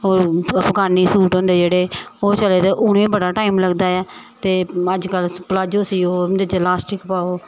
होर Afghani suit होंदे ओह् जेह्ड़े उ'नेंगी बड़ा टाइम लगदा ऐ ते अज्जकल पलाजो सियो उं'दे च प्लास्टिक पाओ